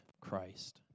Christ